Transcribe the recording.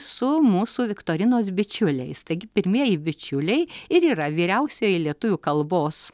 su mūsų viktorinos bičiuliais taigi pirmieji bičiuliai ir yra vyriausioji lietuvių kalbos